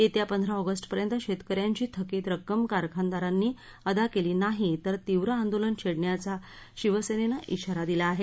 येत्या पंधरा ऑगस्ट पर्यंत शेतकऱ्यांची थकीत रक्कम कारखानदारांनी अदा केली नाही तर तीव्र आंदोलन छेडण्याचा शिवसेनेनं इशारा दिला आहे